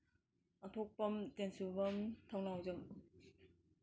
ꯑꯊꯣꯛꯄꯝ ꯇꯦꯟꯁꯨꯕꯝ ꯊꯧꯅꯥꯎꯖꯝ